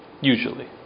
usually